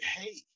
hey